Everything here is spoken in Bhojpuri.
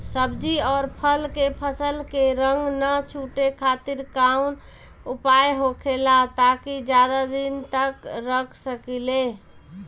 सब्जी और फल के फसल के रंग न छुटे खातिर काउन उपाय होखेला ताकि ज्यादा दिन तक रख सकिले?